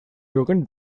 gehören